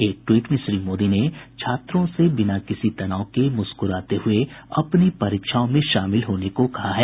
एक ट्वीट ने श्री मोदी ने छात्रों से बिना किसी तनाव के मुस्कुराते हुए अपनी परीक्षाओं में शामिल होने को कहा है